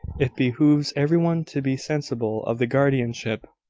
it behoves every one to be sensible of the guardianship,